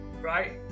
right